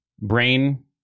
Brain